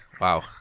Wow